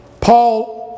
Paul